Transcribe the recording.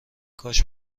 کاش